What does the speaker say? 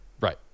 Right